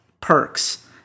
Perks